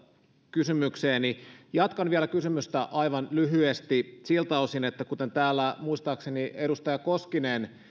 kysymykseeni jatkan vielä kysymystä aivan lyhyesti siltä osin että kuten täällä muistaakseni edustaja koskinen